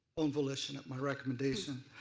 own volition and my recommendation.